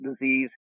disease